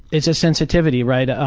it's a sensitivity, right? ah